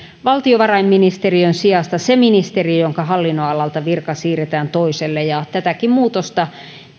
valtiovarainministeriön sijasta se ministeriö jonka hallinnonalalta virka siirretään toiselle tätäkin muutosta